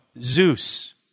Zeus